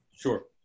Sure